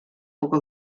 poca